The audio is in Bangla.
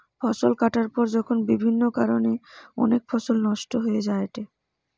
ফসল কাটার পর যখন বিভিন্ন কারণে অনেক ফসল নষ্ট হয়ে যায়েটে